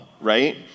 right